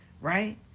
right